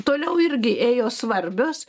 toliau irgi ėjo svarbios